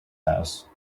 house